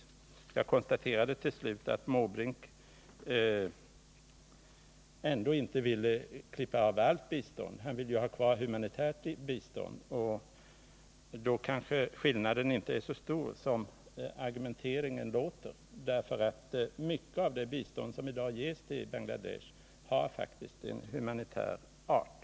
Till slut konstaterade jag att herr Måbrink ändå inte ville klippa av allt bistånd; han vill ju ha kvar humanitärt bistånd. Då kanske skillnaden inte är så stor som argumenteringen ger intryck av. Mycket av det bistånd som i dag ges till Bangladesh är faktiskt av humanitär art.